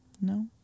No